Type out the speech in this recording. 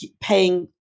paying